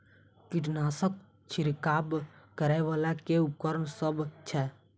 कीटनासक छिरकाब करै वला केँ उपकरण सब छै?